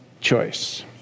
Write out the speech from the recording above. choice